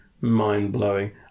mind-blowing